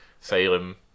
Salem